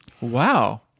Wow